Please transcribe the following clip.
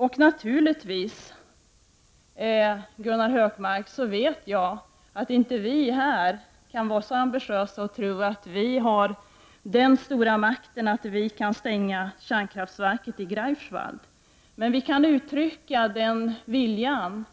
Jag vet naturligtvis, Gunnar Hökmark, att vi här inte kan vara så ambitiösa och tro att vi har den stora makten att vi kan stänga kärnkraftverket i Greifswald, men vi kan uttrycka viljan.